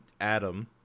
Adam